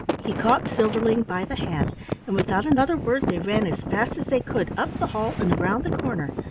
he caught silverling by the hand and without another word they ran as fast as they could up the hall and around the corner,